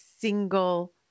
single